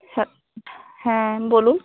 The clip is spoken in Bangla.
হ্যাঁ হ্যাঁ বলুন